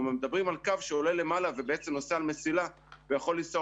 אנחנו מדברים על קו שעולה למעלה ובעצם נוסע על מסילה ויכול לנסוע